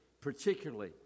particularly